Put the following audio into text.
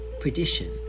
perdition